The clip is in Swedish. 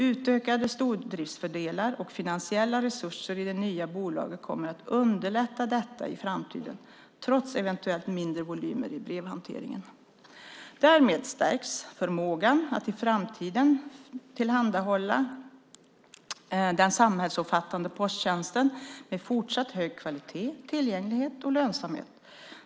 Utökade stordriftsfördelar och finansiella resurser i det nya bolaget kommer att underlätta detta i framtiden, trots eventuellt mindre volymer i brevhanteringen. Därmed stärks förmågan att i framtiden tillhandahålla den samhällsomfattande posttjänsten med fortsatt hög kvalitet, tillgänglighet och lönsamhet.